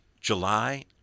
July